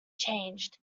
changed